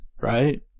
right